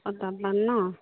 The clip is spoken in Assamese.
অঁ তাত পাম ন